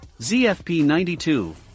ZFP92